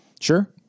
sure